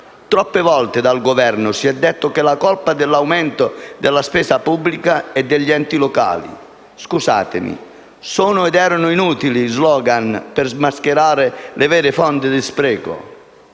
Troppe volte dal Governo si è detto che la colpa dell'aumento della spesa pubblica è degli enti locali. Scusatemi, ma sono ed erano inutili *slogan* per mascherare le vere fonti dello spreco.